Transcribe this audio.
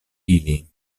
ili